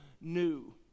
new